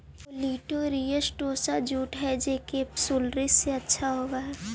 olitorius tossa jute हई जे capsularis से अच्छा होवऽ हई